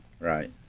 Right